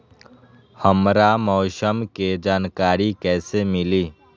हमरा मौसम के जानकारी कैसी मिली?